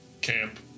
Camp